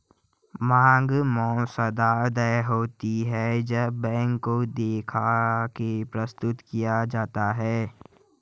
मांग मसौदा देय होते हैं जब बैंक को दिखा के प्रस्तुत किया जाता है